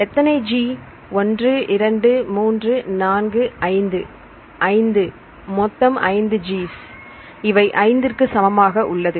எத்தனை G 1 2 3 4 5 5 மொத்தம் 5G ஸ் இவை ஐந்திற்கு சமமாக உள்ளது